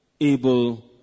able